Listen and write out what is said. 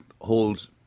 holds